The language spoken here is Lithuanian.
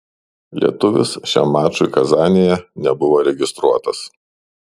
lietuvis šiam mačui kazanėje nebuvo registruotas